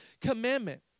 commandment